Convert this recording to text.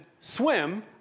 Swim